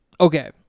okay